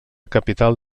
capital